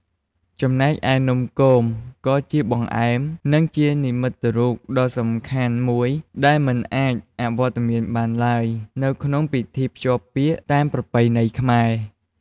ចំណែកឯ នំគមក៏ជាបង្អែមនិងជានិមិត្តរូបដ៏សំខាន់មួយ ដែលមិនអាចអវត្តមានបានទ្បើយនៅក្នុងពិធីភ្ជាប់ពាក្យតាមប្រពៃណីខ្មែរ។